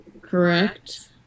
Correct